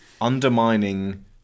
Undermining